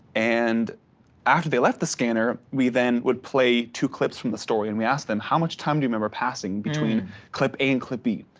and after they left the scanner, we then would play two clips from the story and we asked them how much time do remember passing between clip a and clip b?